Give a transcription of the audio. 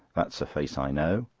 that's a face i know.